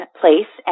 place